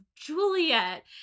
Juliet